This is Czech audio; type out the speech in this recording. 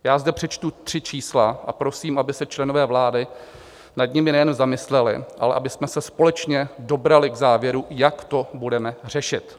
Já zde přečtu tři čísla a prosím, aby se členové vlády nad nimi nejen zamysleli, ale abychom se společně dobrali k závěru, jak to budeme řešit.